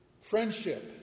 Friendship